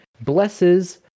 blesses